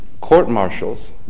court-martials